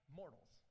mortals